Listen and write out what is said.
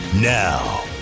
Now